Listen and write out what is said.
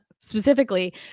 specifically